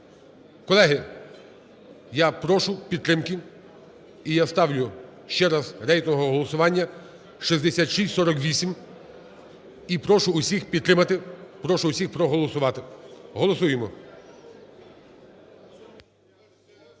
Колеги, я прошу підтримки. І я ставлю ще раз рейтингове голосування 6648 і прошу всіх підтримати, прошу всіх проголосувати, голосуємо.